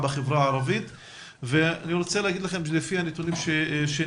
בחברה הערבית - קצת נתונים לגבי הגילים הרלוונטיים.